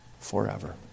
forever